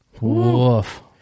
Woof